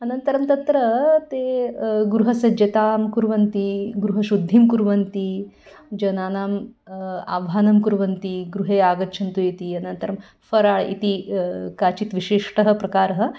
अनन्तरं तत्र ते गृहस्सज्जतां कुर्वन्ति गृहशुद्धिं कुर्वन्ति जनानाम् आह्वानं कुर्वन्ति गृहे आगच्छन्तु इति अनन्तरं फ़रा इति काचित् विशिष्टः प्रकारः